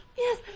yes